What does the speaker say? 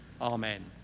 Amen